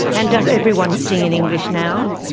and does everyone sing in english now?